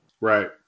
Right